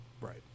Right